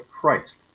christ